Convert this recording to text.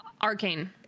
Arcane